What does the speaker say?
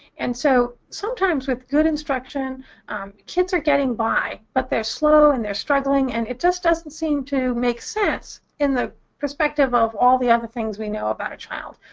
and so sometimes with good instruction kids are getting by, but they're slow and they're struggling, and it just doesn't seem to make sense in the perspective of all the other things we know about a child.